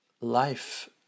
life